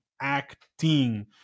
acting